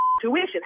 tuition